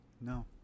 No